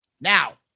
Now